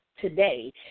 today